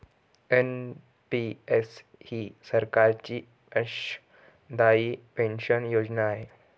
NPS ही सरकारची अंशदायी पेन्शन योजना आहे